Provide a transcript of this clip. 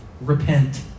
Repent